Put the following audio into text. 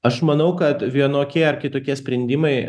aš manau kad vienokie ar kitokie sprendimai